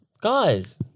guys